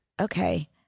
Okay